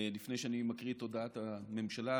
לפני שאני מקריא את הודעת הממשלה,